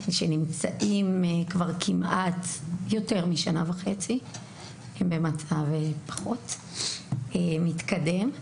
שנמצאות כבר יותר משנה וחצי במצב פחות מתקדם.